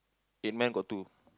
amen got two